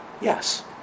Yes